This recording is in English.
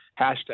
hashtag